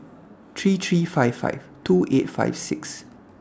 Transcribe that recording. three three five five two eight five six